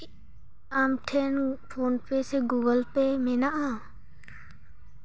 ᱟᱢ ᱴᱷᱮᱱ ᱯᱷᱳᱱᱼᱯᱮ ᱥᱮ ᱜᱩᱜᱳᱞᱼᱯᱮ ᱢᱮᱱᱟᱜᱼᱟ